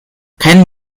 can